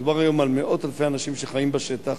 מדובר היום על מאות אלפי אנשים שחיים בשטח,